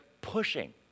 pushing